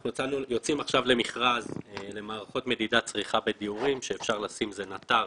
אנחנו יוצאים עכשיו למכרז למערכות מדידת צריכה בדיורים שאפשר לשים נתר